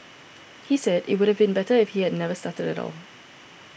he said it would have been better if he had never started at all